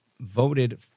voted